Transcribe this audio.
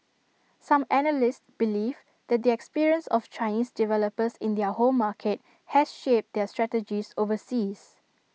some analysts believe that the experience of Chinese developers in their home market has shaped their strategies overseas